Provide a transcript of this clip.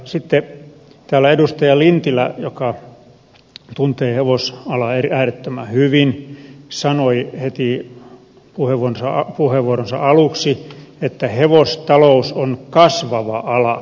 sitten täällä edustaja lintilä joka tuntee hevosalan äärettömän hyvin sanoi heti puheenvuoronsa aluksi että hevostalous on kasvava ala